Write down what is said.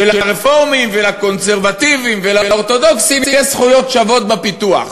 שלרפורמים ולקונסרבטיבים ולאורתודוקסים יש זכויות שוות בפיתוח